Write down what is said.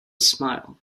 smile